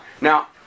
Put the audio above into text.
Now